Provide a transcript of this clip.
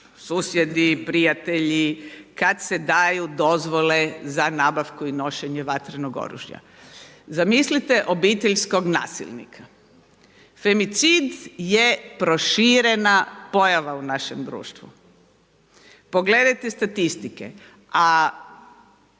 susjedi, prijatelji kada se daju dozvole za nabavku i nošenje vatrenog oružja. Zamislite obiteljskog nasilnika. Femicid je proširena pojava u našem društvu. Pogledajte statistike, a